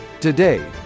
Today